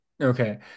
Okay